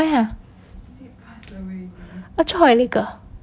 why ah ah choi li ge